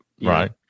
right